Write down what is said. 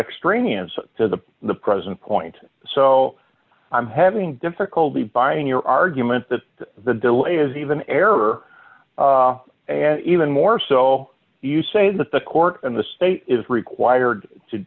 extraneous to the present point so i'm having difficulty buying your argument that the delay is even error and even more so you say that the court in the state is required to